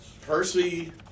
Percy